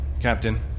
Captain